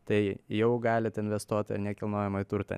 tai jau galit investuot į nekilnojamąjį turtą